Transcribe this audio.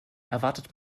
erwartet